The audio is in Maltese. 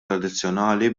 tradizzjonali